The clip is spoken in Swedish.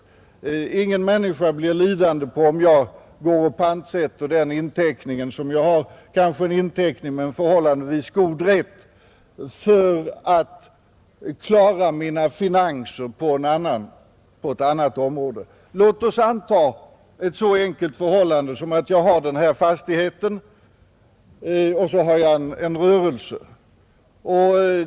Ingen människa blir lidande på om jag går och pantsätter den inteckning som jag har, kanske en inteckning med förhållandevis god rätt, för att klara mina finanser på ett annat område, Låt oss anta ett så enkelt förhållande som att jag har denna fastighet, som är föremål för utmätning och så har jag en rörelse.